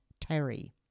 Terry